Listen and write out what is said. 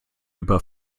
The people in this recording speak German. über